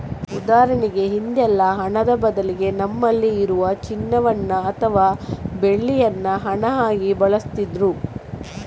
ಉದಾಹರಣೆಗೆ ಹಿಂದೆಲ್ಲ ಹಣದ ಬದಲಿಗೆ ನಮ್ಮಲ್ಲಿ ಇರುವ ಚಿನ್ನವನ್ನ ಅಥವಾ ಬೆಳ್ಳಿಯನ್ನ ಹಣ ಆಗಿ ಬಳಸ್ತಿದ್ರು